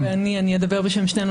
אני אדבר בשם שתינו.